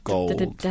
Gold